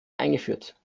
eingeführt